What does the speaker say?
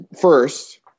first